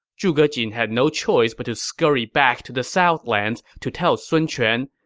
zhuge jin had no choice but to scurry back to the southlands to tell sun quan,